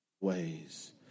ways